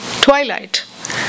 twilight